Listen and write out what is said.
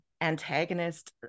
antagonist